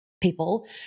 people